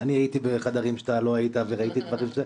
הייתי בחדרים שאתה לא היית וראיתי דברים.